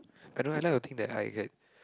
I don't like to think that I had